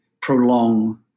prolong